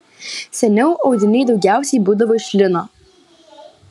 seniau audiniai daugiausiai būdavo iš lino